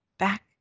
back